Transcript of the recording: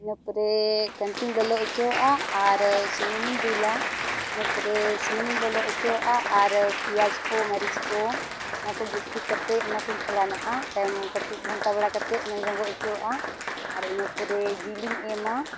ᱤᱱᱟᱹ ᱯᱚᱨᱮ ᱠᱟᱹᱱᱛᱤᱧ ᱞᱚᱞᱚ ᱚᱪᱚᱣᱟᱜᱼᱟ ᱟᱨ ᱥᱩᱱᱩᱢᱤᱧ ᱫᱩᱞᱟ ᱤᱱᱟᱹ ᱯᱚᱨᱮ ᱥᱩᱱᱩᱢᱤᱧ ᱞᱚᱞᱚ ᱚᱪᱚᱣᱟᱜᱼᱟ ᱟᱨ ᱯᱮᱸᱭᱟᱡᱽ ᱠᱚ ᱢᱟᱹᱨᱤᱡ ᱠᱚ ᱚᱱᱟ ᱠᱚ ᱜᱮᱫ ᱴᱷᱤᱠ ᱠᱟᱛᱮᱫ ᱚᱱᱟ ᱠᱚᱧ ᱯᱷᱳᱲᱟᱱᱟᱜᱼᱟ ᱛᱟᱭᱚᱢ ᱠᱟᱹᱴᱤᱡ ᱜᱷᱟᱱᱴᱟ ᱵᱟᱲᱟ ᱠᱟᱛᱮ ᱚᱱᱟᱧ ᱨᱚᱜᱚ ᱚᱪᱚᱣᱟᱜᱼᱟ ᱟᱨ ᱤᱱᱟᱹ ᱯᱚᱨᱮ ᱡᱤᱡ ᱤᱧ ᱮᱢᱟ